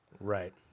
Right